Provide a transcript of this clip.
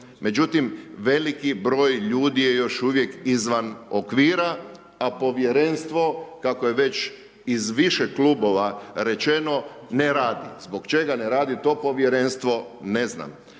Međutim, veliki broj ljudi je još uvijek izvan okvira, a Povjerenstvo, kako je već iz više klubova rečeno, ne radi. Zbog čega ne radi to Povjerenstvo? Ne znam.